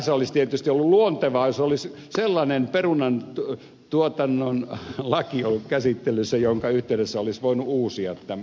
tässä olisi tietysti ollut luontevaa jos olisi sellainen perunantuotannon laki ollut käsittelyssä jonka yhteydessä olisi voitu uusia tämä